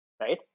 right